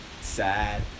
sad